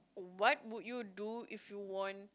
what would you do if you won